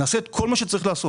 נעשה את כל מה שצריך לעשות.